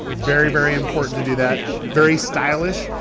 very, very important to do that, very stylish,